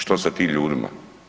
Što sa tim ljudima?